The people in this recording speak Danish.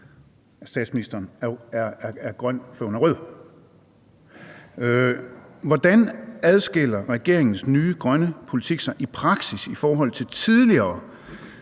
statsministeren nu er grøn, før hun er rød. Hvordan adskiller regeringens nye grønne politik sig i praksis i forhold til tidligere?